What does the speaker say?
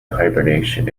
hibernation